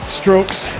strokes